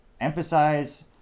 emphasize